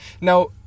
now